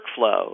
workflow